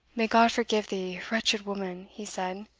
may god forgive thee, wretched woman, he said,